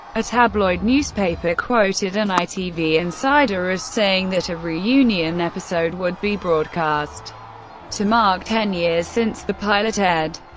a tabloid newspaper quoted an itv insider as saying that a reunion episode would be broadcast to mark ten years since the pilot aired.